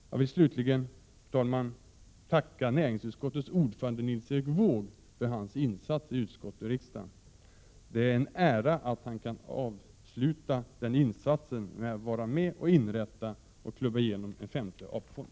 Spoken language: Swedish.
Jag vill slutligen, fru talman, tacka näringsutskottets ordförande Nils Erik Wååg för hans insatser i utskottet och i riksdagen. Det är en ära för honom att han kan avsluta sin insats med att vara med och inrätta och klubba igenom en femte AP-fond.